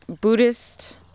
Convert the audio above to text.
Buddhist